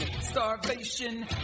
Starvation